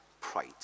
Pride